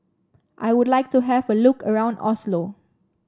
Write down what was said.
I would like to have a look around Oslo